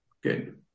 Good